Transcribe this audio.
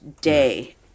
day